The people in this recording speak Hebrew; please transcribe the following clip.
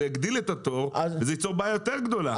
זה יגדיל את התור וזה ייצור בעיה יותר גדולה.